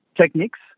techniques